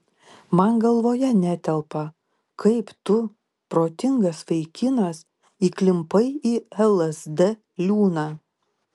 man galvoje netelpa kaip tu protingas vaikinas įklimpai į lsd liūną